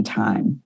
time